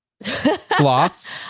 Sloths